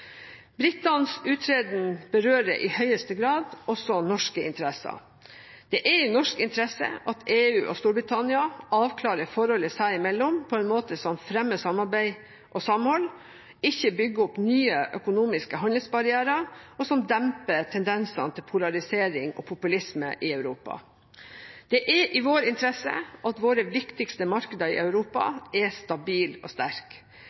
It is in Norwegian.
Britenes uttreden berører i høyeste grad også norske interesser. Det er i norsk interesse at EU og Storbritannia avklarer forholdet seg imellom på en måte som fremmer samarbeid og samhold, ikke bygger opp nye økonomiske handelsbarrierer, og som demper tendensene til polarisering og populisme i Europa. Det er i vår interesse at våre viktigste markeder i Europa er stabile og